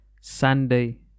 Sunday